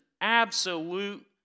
absolute